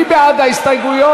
מי בעד ההסתייגויות,